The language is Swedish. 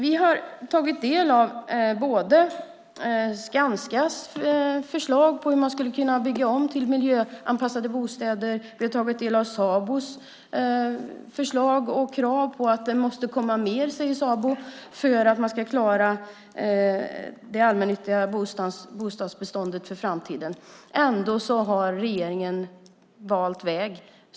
Vi har tagit del av både Skanskas förslag på hur man skulle kunna bygga om till miljöanpassade bostäder och Sabos förslag och krav på att det måste komma mer för att man ska klara det allmännyttiga bostadsbeståndet i framtiden. Ändå har regeringen valt väg.